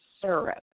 syrup